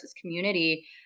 community